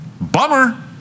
Bummer